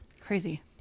crazy